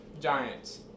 giants